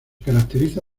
caracteriza